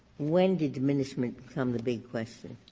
when did diminishment become the big question?